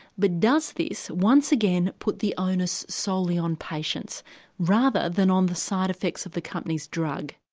but does this once again put the onus solely on patients rather than on the side effects of the company's drug?